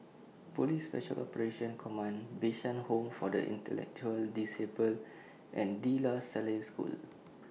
Police Special Operations Command Bishan Home For The Intellectual Disabled and De La Salle School